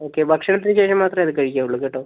okay ഭക്ഷണത്തിന് ശേഷം മാത്രമേ അത് കഴിക്കാവുള്ളൂ കേട്ടോ